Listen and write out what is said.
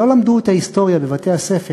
שלא למדו את ההיסטוריה בבתי-הספר,